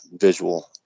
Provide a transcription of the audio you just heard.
visual